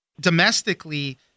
Domestically